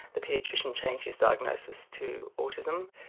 the paediatrician changed his diagnosis to autism.